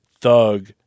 Thug